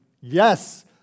yes